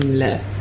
left